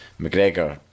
McGregor